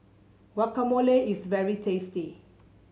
guacamole is very tasty